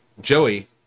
Joey